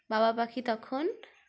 বাবা পাখি তখন